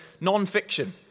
non-fiction